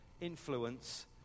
influence